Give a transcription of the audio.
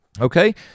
Okay